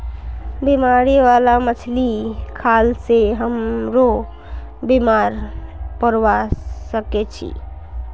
बीमारी बाला मछली खाल से हमरो बीमार पोरवा सके छि